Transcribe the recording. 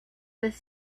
with